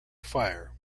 fire